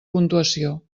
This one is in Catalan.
puntuació